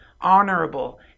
honorable